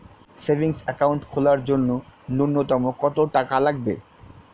Savings account খোলার জন্য নূন্যতম কত টাকা লাগবে?